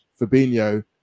Fabinho